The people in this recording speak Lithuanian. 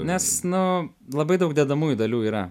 nes nu labai daug dedamųjų dalių yra